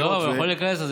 לא, הוא יכול להיכנס.